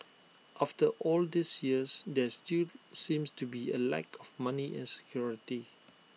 after all these years there still seems to be A lack of money and security